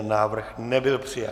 Návrh nebyl přijat.